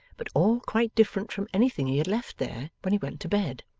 but all quite different from anything he had left there, when he went to bed!